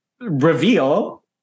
reveal